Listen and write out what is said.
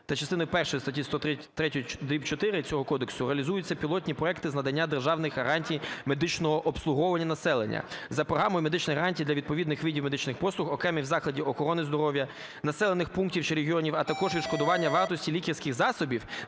та частини першої статті 103 дріб 4 цього кодексу реалізуються пілотні проекти з надання державних гарантій медичного обслуговування населення за програмою медичних гарантій для відповідних видів медичних послуг окремих закладів охорони здоров'я населених пунктів чи регіонів, а також відшкодування вартості лікарських засобів